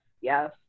yes